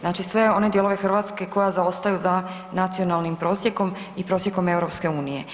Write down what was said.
Znači sve one dijelove Hrvatske koji zaostaju za nacionalnim prosjekom i prosjekom EU.